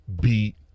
beat